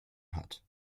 hat